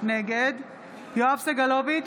יואב סגלוביץ'